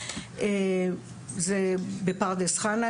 זה בפרדס חנה,